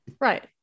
Right